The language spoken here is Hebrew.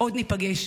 עוד ניפגש.